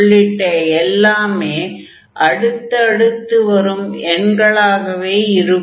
உள்ளிட்ட எல்லாமே அடுத்தடுத்து வரும் எண்களாகவே இருக்கும்